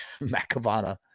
macavana